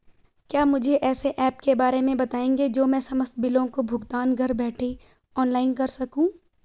क्या मुझे ऐसे ऐप के बारे में बताएँगे जो मैं समस्त बिलों का भुगतान घर बैठे ऑनलाइन कर सकूँ?